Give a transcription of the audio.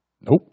Nope